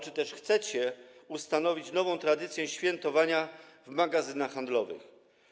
Czy może chcecie ustanowić nową tradycję świętowania - w magazynach handlowych?